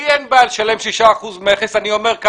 לי אין בעיה לשלם שישה אחוזים מכס ואני אומר את זה